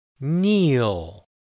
kneel